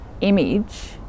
image